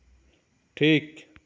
ᱴᱷᱤᱠ